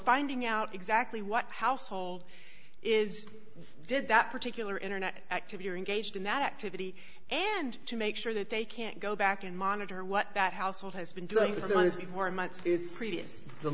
finding out exactly what household is did that particular internet activity are engaged in that activity and to make sure that they can't go back and monitor what that household has been doing the same as before and it's